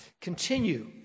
continue